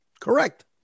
Correct